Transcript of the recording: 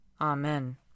Amen